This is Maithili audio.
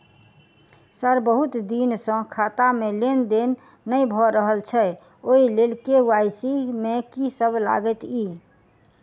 सर बहुत दिन सऽ खाता मे लेनदेन नै भऽ रहल छैय ओई लेल के.वाई.सी मे की सब लागति ई?